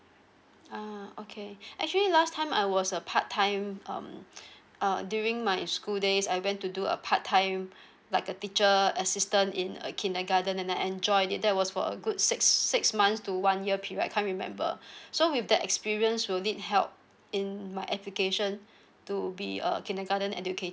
ah okay actually last time I was a part time um err during my school days I went to do a part time like a teacher assistant in a kindergarten and I enjoyed it that was for a good six six months to one year period I can't remember so with that experience will it help in my application to be a kindergarten educator